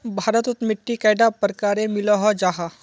भारत तोत मिट्टी कैडा प्रकारेर मिलोहो जाहा?